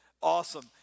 Awesome